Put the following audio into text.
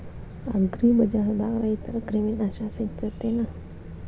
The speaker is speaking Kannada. ಅಗ್ರಿಬಜಾರ್ದಾಗ ರೈತರ ಕ್ರಿಮಿ ನಾಶಕ ಸಿಗತೇತಿ ಏನ್?